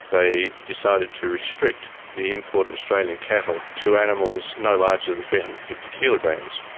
they decided to restrict the import of australian cattle to animals no larger than three hundred and fifty kilograms,